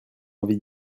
envie